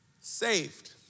saved